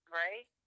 right